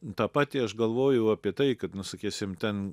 tą patį aš galvoju apie tai kad nusakysim ten